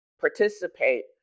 participate